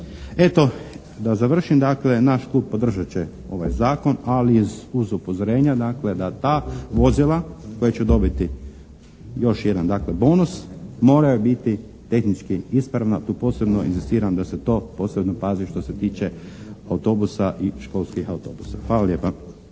Eto, da završim. Dakle, naš klub podržat će ovaj zakon ali uz upozorenja dakle da ta vozila koja će dobiti još jedan dakle bonus moraju biti tehnički ispravna. Tu posebno inzistiram da se to posebno pazi što se tiče autobusa i školskih autobusa. Hvala lijepa.